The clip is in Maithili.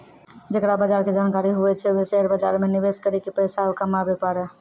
जेकरा बजार के जानकारी हुवै छै वें शेयर बाजार मे निवेश करी क भी पैसा कमाबै पारै